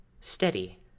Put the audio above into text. steady